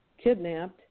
kidnapped